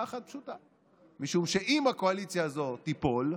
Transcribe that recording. אחת פשוטה: משום שאם הקואליציה הזו תיפול,